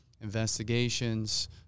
investigations